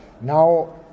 Now